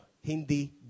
hindi